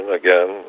again